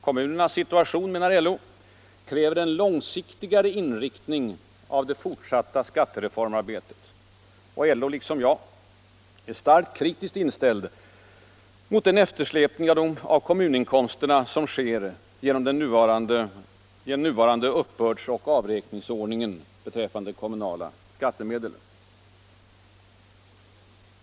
Kommunernas situation, menar LO, ”kräver en långsiktigare inriktning av det fortsatta skattereformarbetet”. Och LO har, liksom jag, en starkt kritisk inställning till den eftersläpning av kommuninkomsterna som sker genom den nuvarande uppbördsoch avräkningsordningen beträffande kommunala skattemedel.